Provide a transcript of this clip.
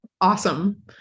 Awesome